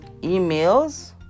emails